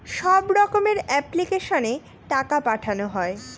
সব রকমের এপ্লিক্যাশনে টাকা পাঠানো হয়